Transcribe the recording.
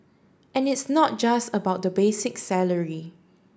and it's not just about the basic salary